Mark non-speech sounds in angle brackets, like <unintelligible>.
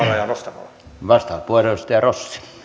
<unintelligible> arvoisa herra